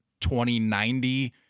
2090